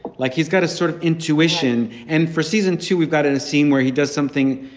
like he's got a sort of intuition. and for season two, we've got and a scene where he does something.